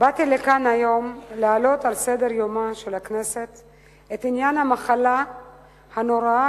באתי לכאן היום להעלות על סדר-יומה של הכנסת את עניין המחלה הנוראה